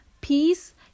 peace